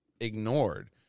ignored